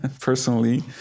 personally